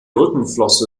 rückenflosse